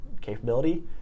capability